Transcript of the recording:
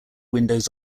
windows